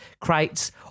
crates